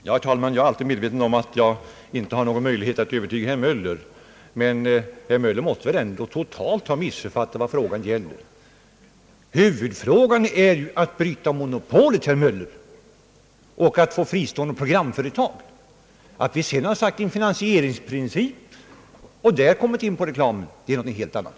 Herr talman! Jag är alltid medveten om att jag inte har någon möjlighet att övertyga herr Möller. Men herr Möller måste väl ändå totalt ha missuppfattat vad frågan gäller. Huvudfrågan är ju att bryta monopolet och få fristående programföretag. Att vi sedan har ställt upp en finansieringsprincip och därför kommit in på reklamen är någonting helt annat.